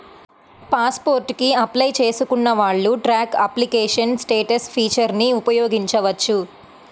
pass port కి apply చేసుకున్న వాళ్ళు ట్రాక్ అప్లికేషన్ స్టేటస్ ఫీచర్ని ఉపయోగించవచ్చు